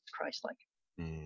Christ-like